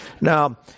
Now